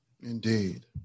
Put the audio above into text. Indeed